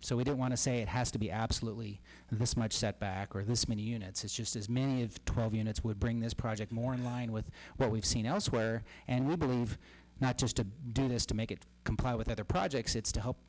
so we don't want to say it has to be absolutely this much setback or this many units it's just as many of twelve units would bring this project more in line with what we've seen elsewhere and we believe not just to do this to make it comply with other projects it's to help